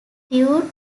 statute